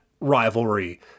rivalry